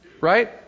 right